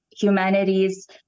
humanities